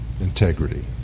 Integrity